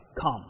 come